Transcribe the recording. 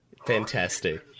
Fantastic